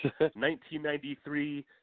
1993